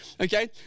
okay